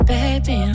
Baby